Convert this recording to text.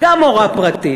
גם מורה פרטית,